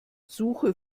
suche